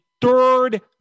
third